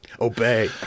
Obey